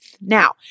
Now